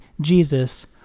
Jesus